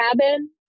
cabin